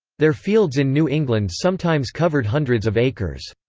their fields in new england sometimes covered hundreds of acres.